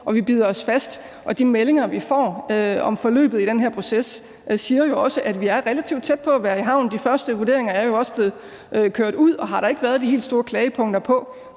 og vi bider os fast, og de meldinger, vi får om forløbet i den her proces, er jo også, at vi er relativt tæt på at være i havn. De første vurderinger er jo også blevet kørt ud, og dem har der ikke været de helt store klagepunkter i